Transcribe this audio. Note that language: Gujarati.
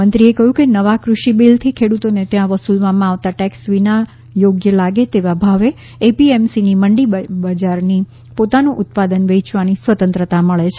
મંત્રીએ કહ્યું કે નવા કૃષિ બીલથી ખેડૂતોને ત્યાં વસૂલવામાં આવતા ટેક્સ વિના યોગ્ય લાગે તેવા ભાવે એપીએમસી મંડીની બહાર પોતાનું ઉત્પાદન વેચવાની સ્વતંત્રતા મળે છે